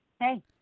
Hey